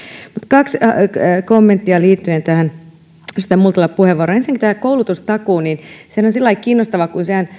mutta kaksi kommenttia liittyen tähän edustaja multalan puheenvuoroon ensin tämä koulutustakuu sehän on sillä lailla kiinnostava